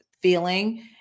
feeling